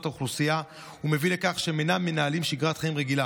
אוכלוסייה ומביא לכך שהם אינם מנהלים שגרת חיים רגילה